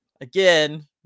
again